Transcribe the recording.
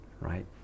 right